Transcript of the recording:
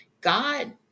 God